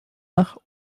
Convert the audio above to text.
nach